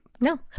No